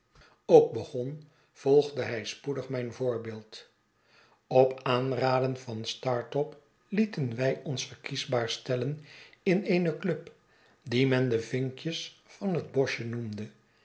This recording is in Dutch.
ook begon volgde hij spoedig mijn voorbeeld op aanradeii van startop lieten wij ons verkiesbaar stellen in eene club die men de vinkjes van het boschje noemde